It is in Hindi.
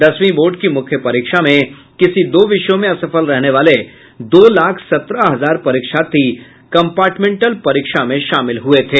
दसवीं बोर्ड की मुख्य परीक्षा में किसी दो विषयों में असफल रहने वाले दो लाख सत्रह हजार परीक्षार्थी कंपार्टमेंटल परीक्षा में शामिल हुये थे